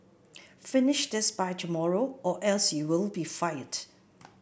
finish this by tomorrow or else you'll be fired